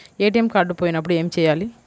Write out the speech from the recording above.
ATM card పోయినప్పుడు ఏమి చేయాలి?